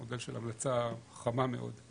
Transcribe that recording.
מודל של המלצה חמה מאוד.